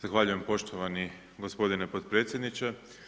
Zahvaljujem poštovani gospodine potpredsjedniče.